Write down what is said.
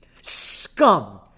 scum